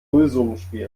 nullsummenspiel